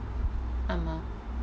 (uh huh)